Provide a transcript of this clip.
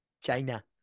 China